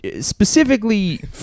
Specifically